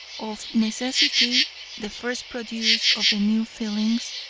of necessity the first produce of the new feelings,